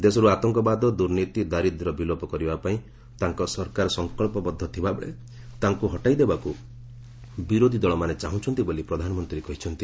ଦେଶରୁ ଆତଙ୍କବାଦ ଦୁର୍ନୀତି ଦାରିଦ୍ର୍ୟ ବିଲୋପ କରିବା ପାଇଁ ତାଙ୍କ ସରକାର ସଂକଚ୍ଚବଦ୍ଧ ଥିବା ବେଳେ ତାଙ୍କୁ ହଟାଇ ଦେବାକୁ ବିରୋଧୀ ଦଳମାନେ ଚାହୁଁଛନ୍ତି ବୋଲି ପ୍ରଧାନମନ୍ତ୍ରୀ କହିଛନ୍ତି